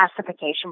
classification